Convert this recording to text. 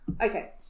okay